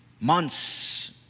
months